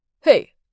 Hey